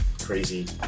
crazy